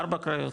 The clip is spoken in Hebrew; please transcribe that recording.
ארבע קריות?